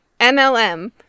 MLM